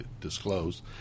disclose